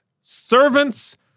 servants